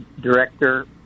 director